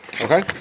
Okay